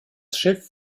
schiff